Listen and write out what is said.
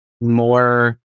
more